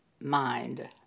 mind